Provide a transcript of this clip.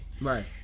Right